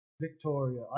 Victoria